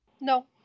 No